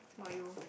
what about you